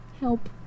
Help